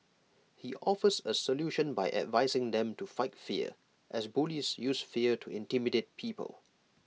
he offers A solution by advising them to fight fear as bullies use fear to intimidate people